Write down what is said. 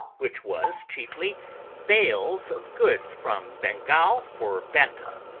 which was chiefly bales of goods from bengal for bantam.